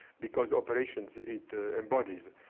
because operations it embodies.